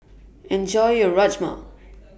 Enjoy your Rajma